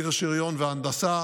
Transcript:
חי"ר, שריון והנדסה,